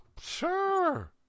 Sure